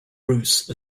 bruce